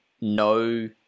no